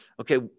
Okay